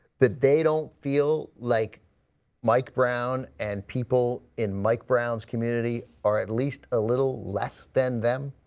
that they don't feel like mike brown and people in mike brown's community are at least a little less than them?